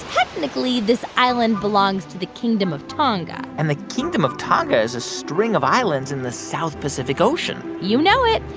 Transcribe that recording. technically this island belongs to the kingdom of tonga and the kingdom of tonga is a string of islands in the south pacific ocean you know it.